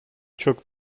çok